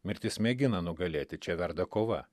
mirtis mėgina nugalėti čia verda kova